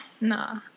Nah